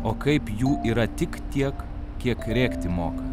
o kaip jų yra tik tiek kiek rėkti moka